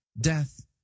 Death